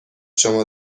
شما